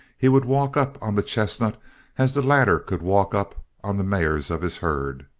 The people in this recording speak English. he would walk up on the chestnut as the latter could walk up on the mares of his herd.